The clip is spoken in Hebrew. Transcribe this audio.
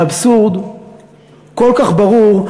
האבסורד כל כך ברור,